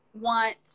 want